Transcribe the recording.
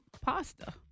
pasta